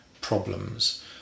problems